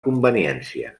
conveniència